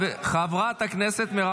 הגיע הזמן שתסתכל קצת שמאלה.